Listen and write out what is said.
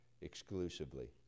exclusively